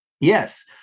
Yes